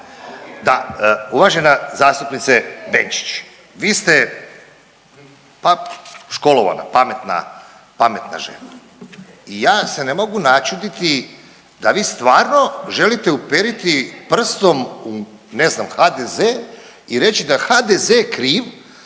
Da, uvažena zastupnice Benčić, vi ste pa školovana, pametna, pametna žena i ja se ne mogu načuditi da vi stvarno želite uperiti prstom u ne znam HDZ i reći da je HDZ kriv